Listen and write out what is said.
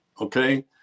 Okay